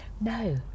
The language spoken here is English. No